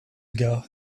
ago